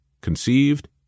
conceived